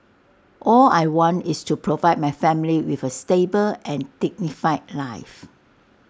all I want is to provide my family with A stable and dignified life